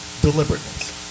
deliberateness